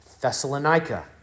Thessalonica